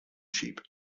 sheep